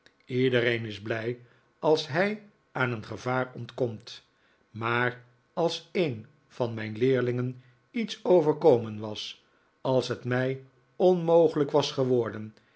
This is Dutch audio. iedereen is blij als hij aan een gevaar ontkomt maar als een van mijn leerlingen iets overkomen was als het mij onmogelijk was geworden